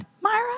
Myra